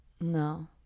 no